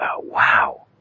wow